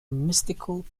mystical